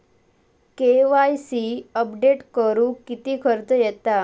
KYC update करुक किती खर्च येता?